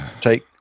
take